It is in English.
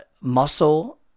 muscle